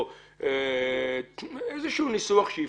או משהו כזה.